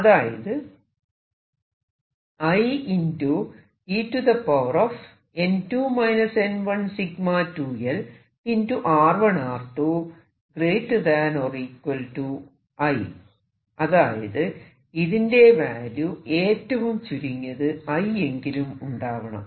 അതായത് അതായത് ഇതിന്റെ വാല്യൂ ഏറ്റവും കുറഞ്ഞത് I എങ്കിലും ഉണ്ടാവണം